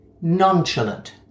Nonchalant